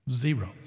Zero